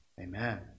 Amen